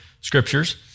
scriptures